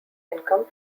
income